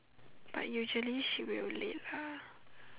but usually she will late lah